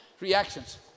reactions